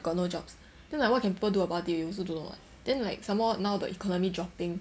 got no jobs then like what can people do about it you also don't know [what] then like some more now the economy dropping